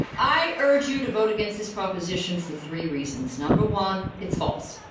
i urge you to vote against this proposition for three reasons. number one, it's false.